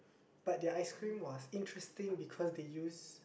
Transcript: but their ice cream was interesting because they use